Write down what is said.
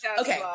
Okay